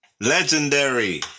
Legendary